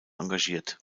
engagiert